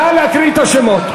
נא להקריא את השמות.